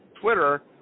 Twitter